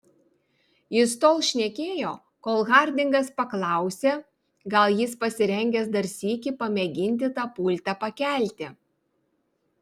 jis tol šnekėjo kol hardingas paklausė gal jis pasirengęs dar sykį pamėginti tą pultą pakelti